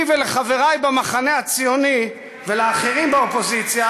לי ולחברי במחנה הציוני ולאחרים באופוזיציה,